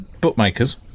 bookmakers